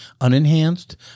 unenhanced